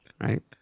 right